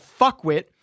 fuckwit